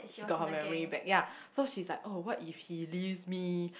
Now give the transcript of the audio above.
she got her memory back ya so she's like oh what if he leaves me